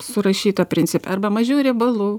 surašyta principe arba mažiau riebalų